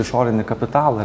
išorinį kapitalą